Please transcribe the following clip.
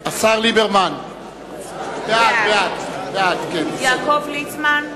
בעד יעקב ליצמן,